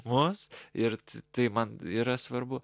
vos ir tai man yra svarbu